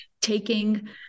taking